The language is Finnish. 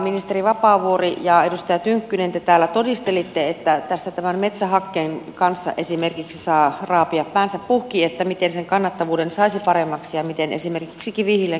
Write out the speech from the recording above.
ministeri vapaavuori ja edustaja tynkkynen te täällä todistelitte että tässä tämän metsähakkeen kanssa esimerkiksi saa raapia päänsä puhki miten sen kannattavuuden saisi paremmaksi ja miten esimerkiksi kivihiilen käyttöä voitaisiin vähentää